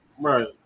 Right